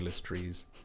trees